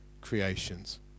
creations